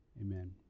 Amen